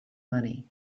money